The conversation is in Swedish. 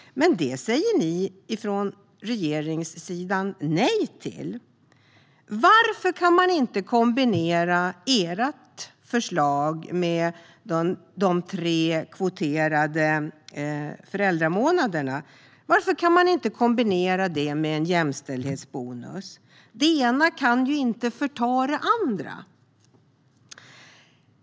Men det säger ni från regeringssidan nej till. Varför kan man inte kombinera ert förslag med de tre kvoterade föräldramånaderna? Varför kan man inte kombinera det med en jämställdhetsbonus? Det ena kan ju inte förta det andra.